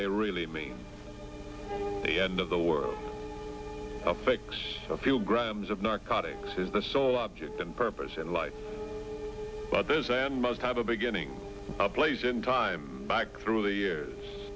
they really mean the end of the world fix a few grams of narcotics is the sole object and purpose in life but there's a man must have a beginning a blaze in time back through the years